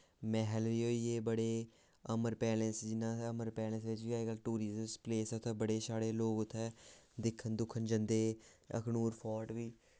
मैह्ल बी होई गे बड़े अमर पैलस जियां अमर पैलस च बी अज्ज कल टूरिस्ट पलेस उत्थें बड़े सारे लोग उत्थें दिक्खन दुक्खन जंदे अखनूर फोट बी